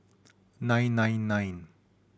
nine nine nine